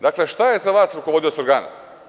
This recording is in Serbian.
Dakle, šta je za vas rukovodilac organa?